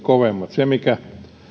kovemmat se mikä